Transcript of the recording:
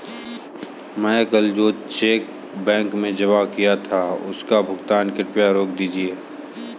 मैं कल जो चेक बैंक में जमा किया था उसका भुगतान कृपया रोक दीजिए